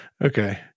Okay